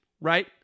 Right